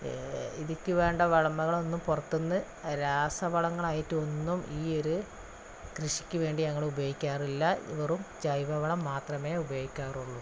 ഇതിലേക്ക് വേണ്ട വളങ്ങളൊന്നും പുറത്ത് നിന്ന് രാസവളങ്ങളായിട്ട് ഒന്നും ഈ ഒരു കൃഷിക്ക് വേണ്ടി ഞങ്ങൾ ഉപയോഗിക്കാറില്ല വെറും ജൈവ വളം മാത്രമേ ഉപയോഗിക്കാറുള്ളൂ